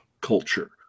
culture